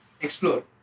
explore